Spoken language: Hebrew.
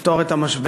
לפתור את המשבר,